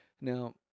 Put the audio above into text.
Now